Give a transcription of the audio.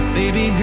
baby